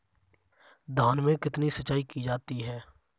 धान में कितनी सिंचाई की जाती है?